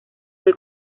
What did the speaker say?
fue